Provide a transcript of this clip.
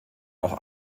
auch